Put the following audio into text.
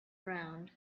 round